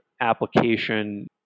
application